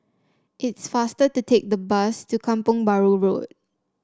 it's faster to take the bus to Kampong Bahru Road